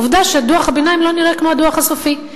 עובדה שדוח הביניים לא נראה כמו הדוח הסופי,